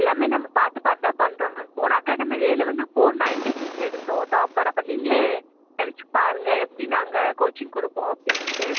எல்லாமே நம்ம பார்த்து பார்த்து தான் பண்ணுறோம் போன அகாடமி இயரில் வந்து ஃபோர் நயன்ட்டி சிக்ஸ் எடுத்தோம் டாப்பர் அப்போ நீங்களே நினச்சி பாருங்க எப்படி நாங்கள் கோச்சிங் கொடுப்போம் அப்படின்னுட்டு